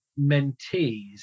mentees